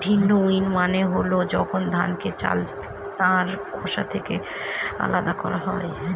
ভিন্নউইং মানে হল যখন ধানকে চাল আর খোসা থেকে আলাদা করা হয়